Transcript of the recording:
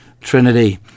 Trinity